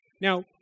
Now